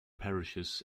parishes